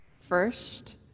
first